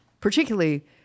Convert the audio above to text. particularly